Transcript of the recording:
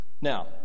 Now